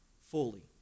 fully